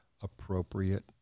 appropriate